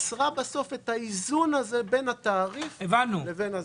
יצרה בסוף את האיזון בין התעריף לבין זה.